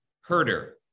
herder